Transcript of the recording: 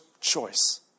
choice